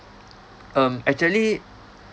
um actually